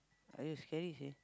!aiyo! scary seh